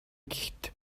гэхэд